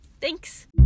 thanks